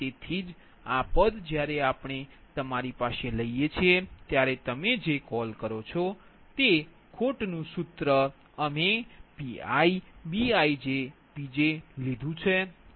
તેથી જ આ પદ જ્યારે આપણે તમારી પાસે લઈએ ત્યારે તમે જે કોલ કરો છો તે ખોટ સૂત્ર અમે PiBijPjલીધુ છે